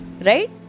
right